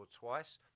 twice